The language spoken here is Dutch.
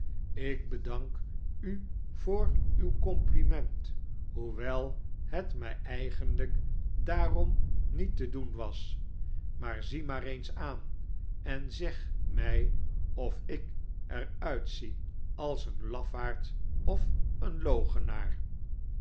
ilk bedank u voor uw compliment hoewel het mij eigenlijk daarom niet te doen was maar zie mij eens aan en zeg mij of ik er uitzie als een lafaard of een